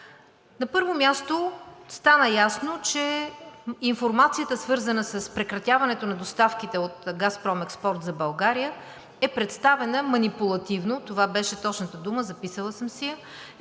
На първо място, стана ясно, че информацията, свързана с прекратяването на доставките от „Газпром Експорт“ за България, е представена манипулативно – това беше точната дума, записала съм си я,